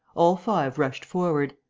all five rushed forward.